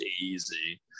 easy